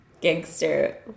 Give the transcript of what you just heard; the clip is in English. gangster